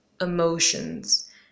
emotions